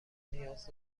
نیاز